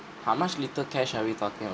how much little cash are we talking ah